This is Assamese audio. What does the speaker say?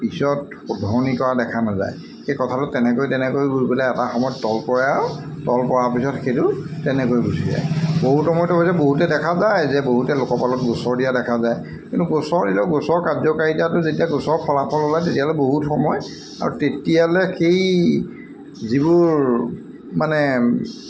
পিছত শুধৰণি কৰা দেখা নাযায় সেই কথাটো তেনেকৈ তেনেকৈ গৈ পেলাই এটা সময়ত তল পৰে আৰু তল পৰাৰ পিছত সেইটো তেনেকৈয়ে গুচি যায় বহুত সময়ত হৈছে বহুতে দেখা যায় যে বহুতে লোকসকলক গোচৰ দিয়া দেখা যায় কিন্তু গোচৰ দিলেও গোচৰ কাৰ্যকাৰিতাটো যেতিয়া গোচৰ ফলাফল ওলায় তেতিয়ালৈ বহুত সময় আৰু তেতিয়ালৈ সেই যিবোৰ মানে